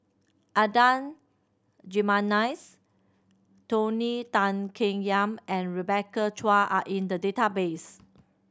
Adan Jimenez Tony Tan Keng Yam and Rebecca Chua are in the database